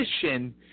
position